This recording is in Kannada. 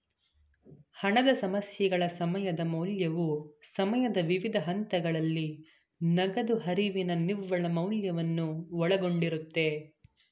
ಹಣದ ಸಮಸ್ಯೆಗಳ ಸಮಯದ ಮೌಲ್ಯವು ಸಮಯದ ವಿವಿಧ ಹಂತಗಳಲ್ಲಿ ನಗದು ಹರಿವಿನ ನಿವ್ವಳ ಮೌಲ್ಯವನ್ನು ಒಳಗೊಂಡಿರುತ್ತೆ